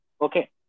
okay